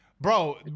Bro